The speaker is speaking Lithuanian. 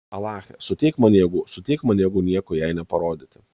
alache suteik man jėgų suteik man jėgų nieko jai neparodyti